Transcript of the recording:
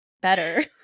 better